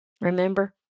Remember